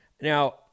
Now